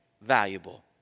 valuable